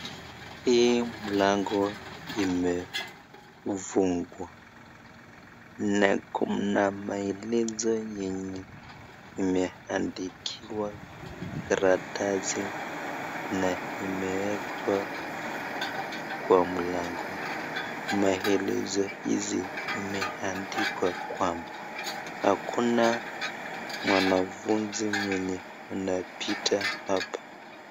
Hii mlango imefungwa, na kuna maelezo yenye imeandikiwa karatasi na imeekwa kwa mlango. Maelezo hizi imeandikwa kwamba hakuna mwanafunzi mwenye anapita hapa.